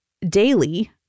daily